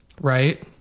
Right